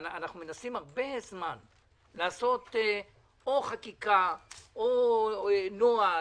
שאנחנו מנסים הרבה זמן לעשות חקיקה או נוהל